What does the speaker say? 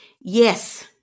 Yes